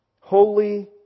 Holy